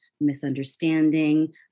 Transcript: misunderstanding